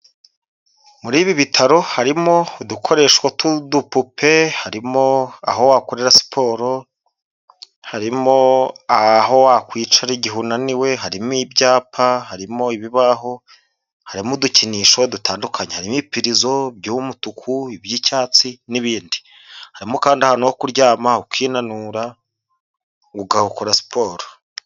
Muri ibi bitaro harimo udukoresho tw'udupupe, harimo aho wakorera siporo, harimo aho wakwicara igihe unaniwe, harimo ibyapa, harimo ibibaho, harimo udukinisho dutandukanye, harimo ibipirizo by'umutuku, iby'icyatsi n'ibindi, harimo kandi ahantu ho kuryama ukinanura, ugakora siporo.